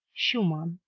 schumann,